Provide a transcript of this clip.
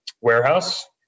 warehouse